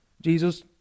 Jesus